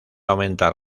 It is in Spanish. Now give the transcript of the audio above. aumentar